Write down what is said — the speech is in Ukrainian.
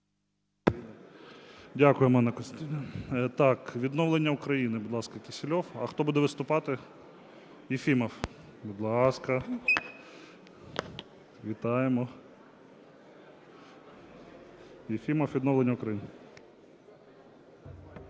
Дякуємо, Анна Костянтинівна. Так, "Відновлення України", будь ласка, Кісільов. А хто буде виступати? Єфімов, будь ласка. Вітаємо. Єфімов "Відновлення України".